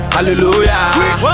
Hallelujah